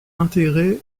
intégré